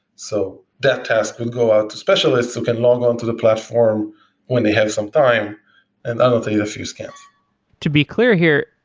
so that task will go out to specialists who can log on to the platform when they have some time and annotate a few scans to be clear here,